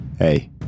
Hey